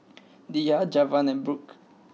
Diya Javen and Brook